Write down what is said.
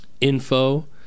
info